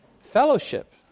Fellowship